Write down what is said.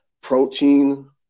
Protein